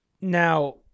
Now